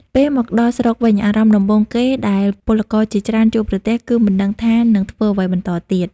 ពេលមកដល់ស្រុកវិញ អារម្មណ៍ដំបូងគេដែលពលករជាច្រើនជួបប្រទះគឺមិនដឹងថានឹងធ្វើអ្វីបន្តទៀត។